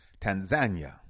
Tanzania